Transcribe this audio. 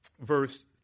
verse